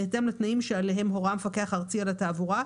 בהתאם לתנאים שעליהם הורה המפקח הארצי על התעבורה,